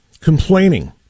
complaining